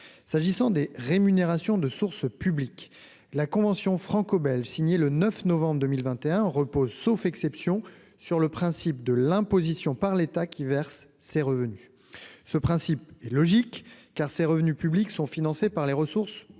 s'agissant des rémunérations de sources publiques la convention franco-belge signée le 9 novembre 2021 repose, sauf exception, sur le principe de l'imposition par l'État, qui verse ses revenus ce principe est logique car ses revenus publics sont financé par les ressources publiques